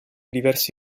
diversi